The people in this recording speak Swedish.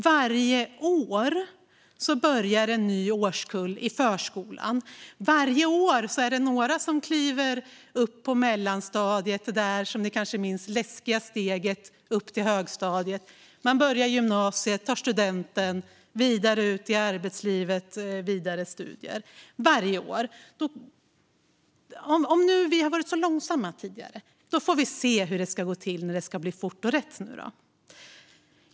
Varje år börjar en ny årskull i förskolan, och varje år är det några som börjar mellanstadiet eller tar det läskiga steget upp till högstadiet. Man börjar gymnasiet, tar studenten och tar sig vidare ut i arbetslivet och till vidare studier. Det sker varje år. Om nu vi har varit så långsamma tidigare får vi se hur det ska gå till nu när det blir fort och rätt.